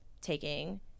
taking –